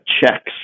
checks